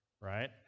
right